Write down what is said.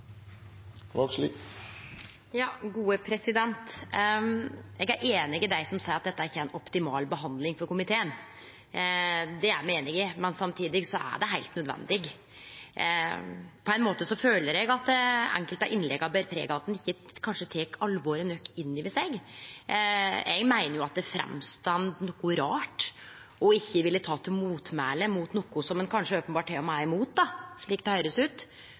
Eg er einig med dei som seier at dette ikkje er ei optimal behandling frå komiteen. Det er me einige i, men samtidig er det heilt nødvendig. På ein måte føler eg at enkelte av innlegga ber preg av at ein kanskje ikkje tek alvoret nok inn over seg. Eg meiner det verkar noko rart å ikkje vilje ta til motmæle mot noko som ein til og med openbert er imot, slik det høyrest ut,